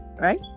right